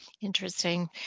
Interesting